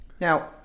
now